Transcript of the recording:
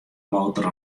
motor